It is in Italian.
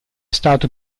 stato